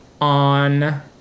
on